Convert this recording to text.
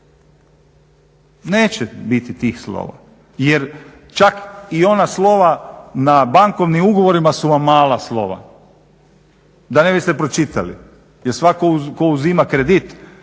Neće biti tih slova jer čak i ona slova na bankovnim ugovorima su vam mala slova, da ne biste pročitali jer svatko tko uzima kredit